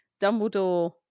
Dumbledore